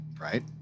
right